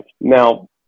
now